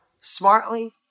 Smartly